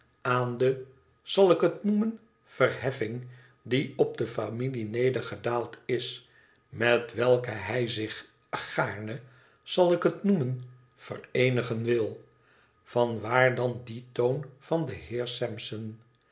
aan de zal ik het noemen verhefhng die op de familie nedergedaald is met welke hij zich gaarne zal ik het noemen yereenigen wil vanwaar dan die toon van den